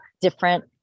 different